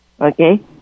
Okay